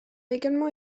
également